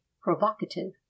provocative